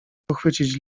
pochwycić